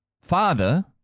father